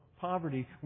poverty